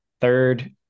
third